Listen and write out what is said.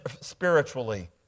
spiritually